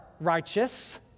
righteous